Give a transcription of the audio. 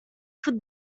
for